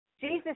Jesus